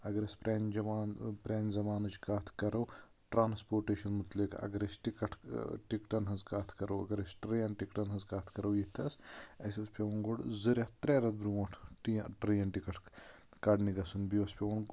اَگر أسۍ پرٲنہِ جما پرانہِ زَمانٕچ کَتھ کَرو ٹرانسپوٹٕچ مُتلِق اَگر أسۍ ٹِکٹ ٹِکٹن ہٕنٛز کَتھ کَرو اَگر أسۍ ٹرین ٹِکٹن ہٕنٛز کَتھ کَرو ییٚتھَس اَسہِ اوس پیوان گۄڈٕ زٕ رٮ۪تھ ترٛےٚ رٮ۪تھ برۄنٛٹھ ٹین ٹرین ٹِکٹ کَڑنہِ گژھُن بیٚیہِ اوس پیوان